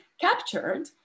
captured